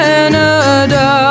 Canada